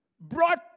Brought